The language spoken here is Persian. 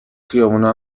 خیابونها